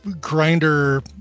grinder